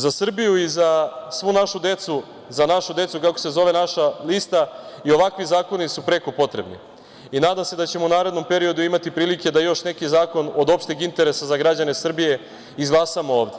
Za Srbiju i za svu našu decu, "Za našu decu" kako se i zove naša lista i ovakvi zakoni su preko potrebni i nadam se da ćemo u narednom periodu imati prilike da još neki zakon od opšteg interesa za građane Srbije izglasamo ovde,